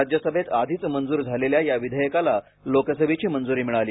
राज्यसभेत आधीच मंजूर झालेल्या या विधेयकाला आज लोकसभेची मंजुरी मिळाली